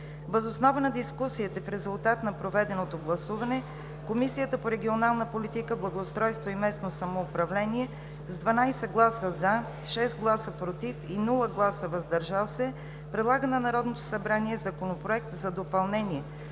Въз основа на дискусията и в резултат на проведеното гласуване, Комисията по регионална политика, благоустройство и местно самоуправление с 12 гласа „за“, 6 гласа „против“, без „въздържал се“, предлага на Народното събрание Законопроект за допълнение